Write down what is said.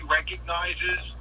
recognizes